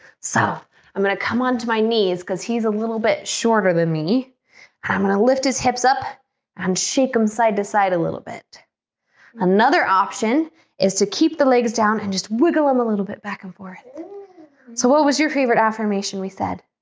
so i'm gonna come on to my knees because he a little bit shorter than me i'm gonna lift his hips up and shake him side to side a little bit another option is to keep the legs down and just wiggle them a little bit back and forth so what was your favorite affirmation we said?